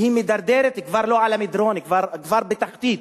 שכבר בתחתית,